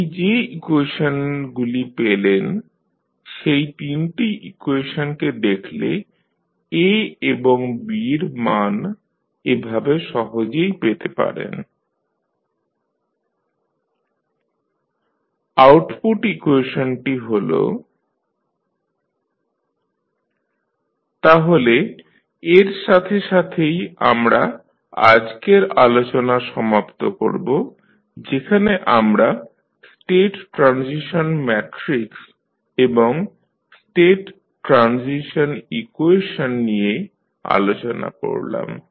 এই যে ইকুয়েশনগুলি পেলেন সেই তিনটি ইকুয়েশনকে দেখলে A এবং B এর মান এভাবে সহজেই পেতে পারেন A0 1 0 0 0 1 2 1 5 B0 0 1 আউটপুট ইকুয়েশনটি হল ytx1t1 00 x তাহলে এর সাথে সাথেই আমরা আজকের আলোচনা সমাপ্ত করব যেখানে আমরা স্টেট ট্রানজিশন ম্যাট্রিক্স এবং স্টেট ট্রানজিশন ইকুয়েশন নিয়ে আলোচনা করলাম